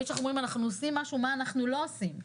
תמיד כשאנחנו אומרים שאנחנו עושים משהו צריך לזכור מה אנחנו לא עושים.